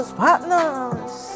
partners